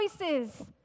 choices